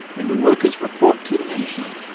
and the workers report to the management.